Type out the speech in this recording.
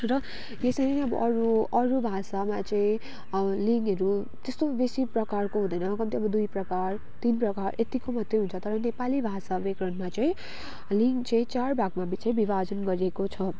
र यसरी नै अब अरू अरू भाषामा चाहिँ अब लिङ्गहरू त्यस्तो बेसी प्रकारको हुँदैन कम्ती अब दुई प्रकार तिन प्रकार यतिको मात्र हुन्छ तर नेपाली भाषा व्याकरणमा चाहिँ लिङ्ग चाहिँ चार भागमा चाहिँ विभाजन गरिएको छ